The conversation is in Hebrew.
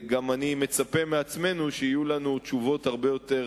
גם אני מצפה מעצמנו שיהיו לנו תשובות הרבה יותר